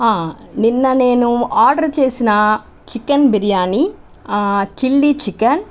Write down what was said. నిన్న నేను ఆర్డర్ చేసిన చికెన్ బిర్యానీ చిల్లీ చికెన్